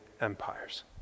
empires